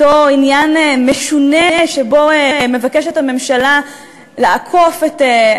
אותו עניין משונה שבו הממשלה מבקשת לעקוף את,